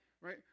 right